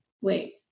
Wait